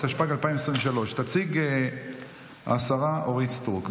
התשפ"ג 2023. תציג השרה אורית סטרוק,